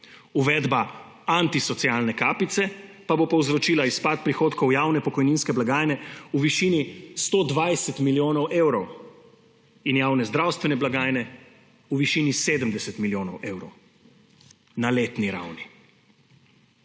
Uvedba antisocialne kapice pa bo povzročila izpad prihodkov javne pokojninske blagajne v višini 120 milijonov evrov in javne zdravstvene blagajne v višini 70 milijonov evrov na letni ravni.